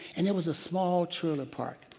and there was a small trailer park.